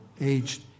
aged